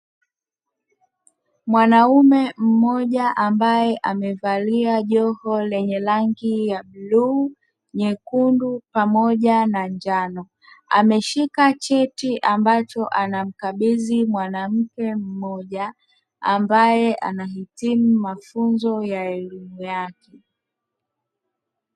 Mwanaume mmoja mabaye amevalia joho lenye rangi ya bluu, nyekundu, pamoja na njano. Ameshika cheti ambacho anamkabidhi mwanamke mmoja, ambaye anahitimu mafunzo ya elimu yake.